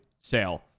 sale